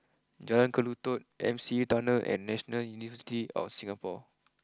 Jalan Kelulut M C E Tunnel and National University of Singapore